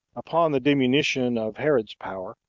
upon the diminution of herod's power,